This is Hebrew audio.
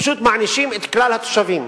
פשוט מענישים את כלל התושבים.